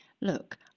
look